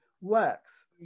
works